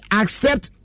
accept